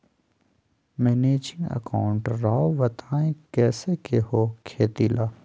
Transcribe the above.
Managing account राव बताएं कैसे के हो खेती ला?